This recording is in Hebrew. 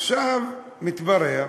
עכשיו מתברר